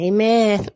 Amen